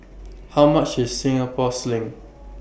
How much IS Singapore Sling